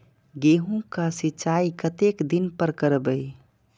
गेहूं का सीचाई कतेक दिन पर करबे?